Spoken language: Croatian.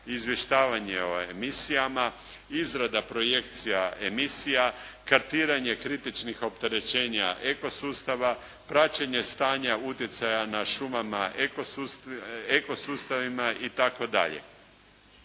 izvještavanje o emisijama, izradu projekcija emisija, kartiranje kritičnih opterećenja eko sustava, praćenje stanja utjecaja na šumama eko sustavima itd.